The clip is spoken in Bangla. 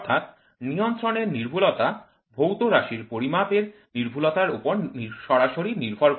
অর্থাৎ নিয়ন্ত্রণের নির্ভুলতা ভৌত রাশির পরিমাপ এর নির্ভুলতার উপর সরাসরি নির্ভর করে